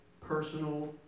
personal